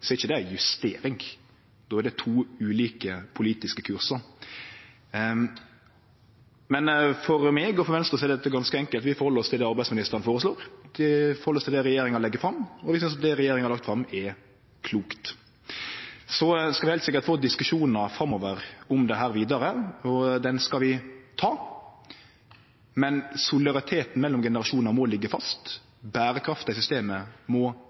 så pass ærlege med seg sjølv og sjå at når dei fremjar forslag i Stortinget, som går ikkje berre mot dei summane, men mot dei prinsippa som deira eiga regjering styrer etter, er det ikkje ei justering. Då er det to ulike politiske kursar. For meg og for Venstre er dette ganske enkelt: Vi held oss til det som arbeidsministeren føreslår. Vi held oss til det regjeringa legg fram, og vi synest det regjeringa har lagt fram, er klokt. Så vil vi heilt sikkert få diskusjonar framover om